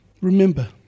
Remember